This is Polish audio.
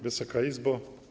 Wysoka Izbo!